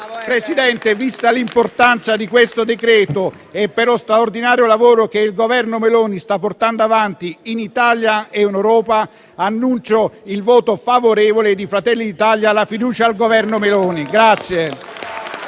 Presidente, vista l'importanza di questo decreto-legge e per lo straordinario lavoro che il Governo Meloni sta portando avanti in Italia e in Europa, annuncio il voto favorevole di Fratelli d'Italia sulla fiducia al Governo Meloni.